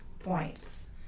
points